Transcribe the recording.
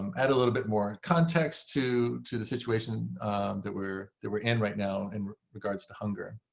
um add a little bit more context to to the situation that we're that we're in right now in regards to hunger.